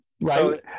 right